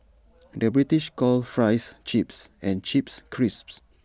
the British calls Fries Chips and Chips Crisps